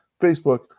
Facebook